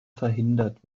verhindert